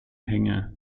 hänge